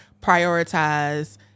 prioritize